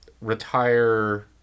retire